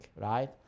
right